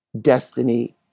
destiny